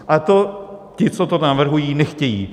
A to ti, co to navrhují, nechtějí.